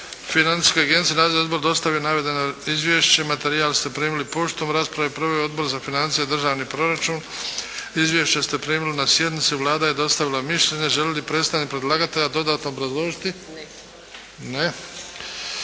Financijska agencija i Nadzorni odbor dostavio je navedeno izvješće. Materijal ste primili poštom. Raspravu je proveo Odbor za financije, državni proračun. Izvješća ste primili na sjednici. Vlada je dostavila mišljenje. Želi li predstavnik predlagatelja dodatno obrazložiti? Ne.